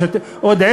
עוד שנתיים,